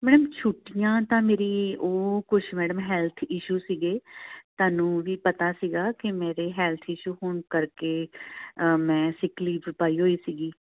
ma'am ਛੁੱਟੀਆਂ ਤਾਂ ਮੇਰੀ ਉਹ ਕੁਛ ਮੈਡਮ ਹੈਲਥ ਇਸ਼ੂ ਸੀਗੇ ਤੁਹਾਨੂੰ ਵੀ ਪਤਾ ਸੀਗਾ ਕਿ ਮੇਰੇ ਹੈਲਥ ਇਸ਼ੂ ਹੋਣ ਕਰਕੇ ਮੈਂ ਸਿਕ ਲੀਵ ਪਾਈ ਹੋਈ ਸੀਗੀ